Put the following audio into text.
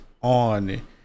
on